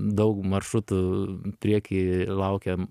daug maršrutų prieky laukia